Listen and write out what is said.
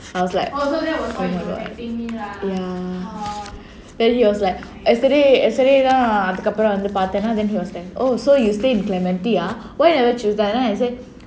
I was like oh my god ya then he was like yesterday yesterday அதுக்கு அப்புறம் வந்து பார்தேனா:adhukappuram vandhu paarthaenaa then he was like oh so you stay in clementi ya why never choose there then I said